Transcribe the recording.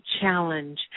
challenge